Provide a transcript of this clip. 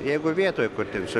jeigu vietoj kur teu su